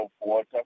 water